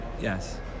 yes